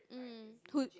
mm who